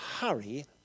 hurry